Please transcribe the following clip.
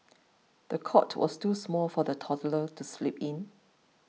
the cot was too small for the toddler to sleep in